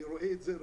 אני רואה את זה רק,